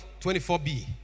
24b